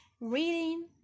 reading